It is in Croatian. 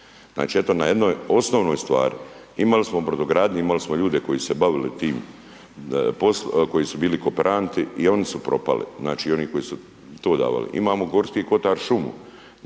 Znači, eto na jednoj osnovnoj stvari. Imali smo brodogradnju, imali smo ljude koji su se bavili tim, koji su bili kooperanti, i oni su propali, znači, i oni koji su to davali. Imamo Gorski Kotar šumu,